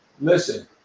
listen